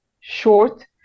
short